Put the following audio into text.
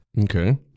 Okay